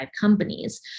companies